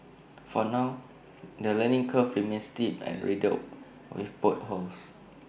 for now the learning curve remains steep and riddled with potholes